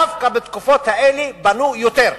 ודווקא בתקופות האלה בנו יותר.